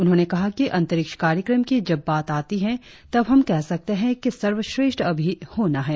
उन्होंने कहा कि अंतरिक्ष कार्यक्रम की जब बात आती है तब हम कह सकते है कि सर्वश्रेष्ठ अभी होना है